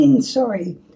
sorry